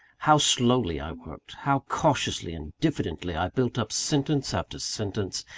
how slowly i worked how cautiously and diffidently i built up sentence after sentence,